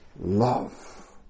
love